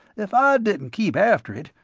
if i didn't keep after it,